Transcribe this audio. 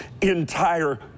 entire